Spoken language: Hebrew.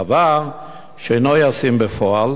דבר שאינו ישים בפועל